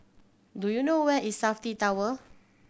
do you know where is Safti Tower